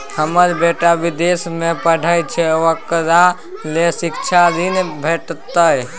हमर बेटा विदेश में पढै छै ओकरा ले शिक्षा ऋण भेटतै?